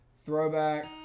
Throwback